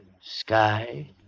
Sky